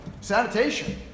Sanitation